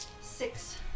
Six